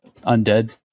undead